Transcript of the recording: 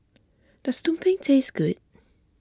does Tumpeng taste good